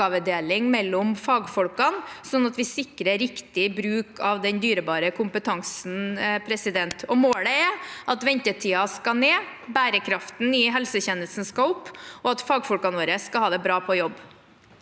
mellom fagfolkene, slik at vi sikrer riktig bruk av den dyrebare kompetansen. Målet er at ventetidene skal ned, at bærekraften i helsetjenesten skal opp, og at fagfolkene våre skal ha det bra på jobb.